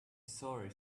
sorry